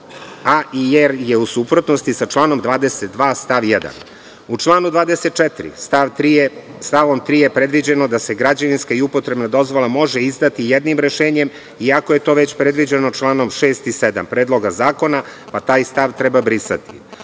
jer je u suprotnosti sa članom 22. stav 1.U članu 24. stavom 3. je predviđeno da se građevinska i upotrebna dozvola može izdati jednim rešenjem, iako je to već predviđeno članom 6. i 7. Predloga zakona, pa taj stav treba brisati.U